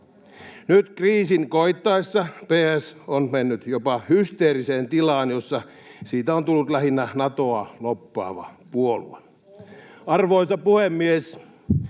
Nyt kriisin koittaessa PS on mennyt jopa hysteeriseen tilaan, jossa siitä on tullut lähinnä Natoa lobbaava puolue. [Eduskunnasta: